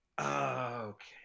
Okay